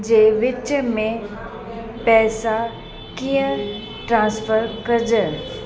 जे विच में पैसा कीअं ट्रांसफर कजनि